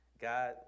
God